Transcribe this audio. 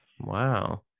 wow